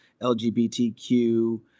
LGBTQ